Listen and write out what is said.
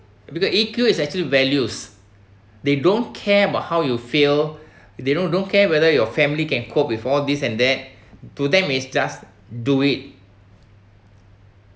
because E_Q is actually values they don't care about how you feel they don't don't care whether your family can cope with all this and that to them is just do it